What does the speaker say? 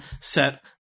set